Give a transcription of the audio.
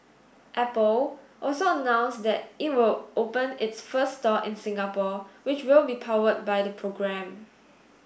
Apple also announced that it will open its first store in Singapore which will be powered by the program